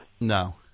No